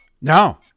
No